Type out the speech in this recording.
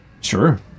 Sure